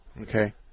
Okay